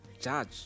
judge